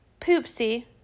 poopsie